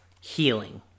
healing